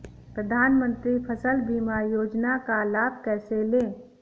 प्रधानमंत्री फसल बीमा योजना का लाभ कैसे लें?